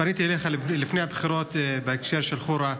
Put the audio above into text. פניתי אליך לפני הבחירות בהקשר של חורה,